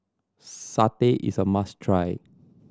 satay is a must try